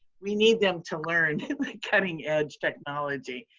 we need them to learn the cutting edge technology.